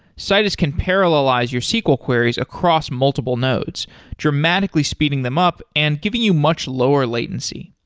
citus can parallelize your sql queries across multiple nodes dramatically speeding them up and giving you much lower latency.